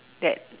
that